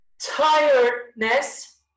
tiredness